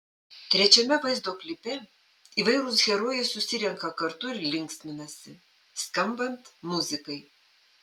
trečiame vaizdo klipe įvairūs herojai susirenka kartu ir linksminasi skambant muzikai